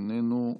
איננו,